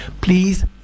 Please